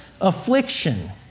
Affliction